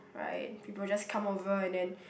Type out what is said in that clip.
right people just come over and then